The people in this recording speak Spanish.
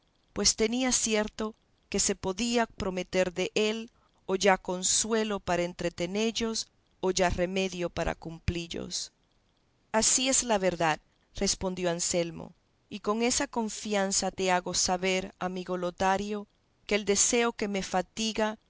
pues tenía cierto que se podía prometer dél o ya consejos para entretenellos o ya remedio para cumplillos así es la verdad respondió anselmo y con esa confianza te hago saber amigo lotario que el deseo que me fatiga